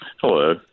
Hello